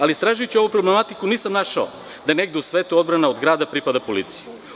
Ali, istražujući ovu problematiku, nisam našao da negde u svetu odbrana od grada pripada policiji.